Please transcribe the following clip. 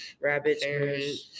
Rabbits